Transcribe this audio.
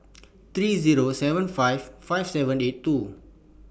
three Zero seven five five seven eight two